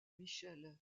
michel